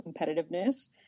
competitiveness